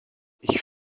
ich